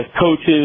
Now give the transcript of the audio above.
coaches